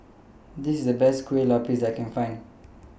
This IS The Best Kueh Lapis that I Can Find